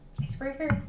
icebreaker